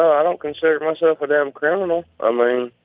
i i don't consider myself a damn criminal. um i